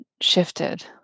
shifted